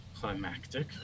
climactic